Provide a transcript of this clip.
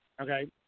Okay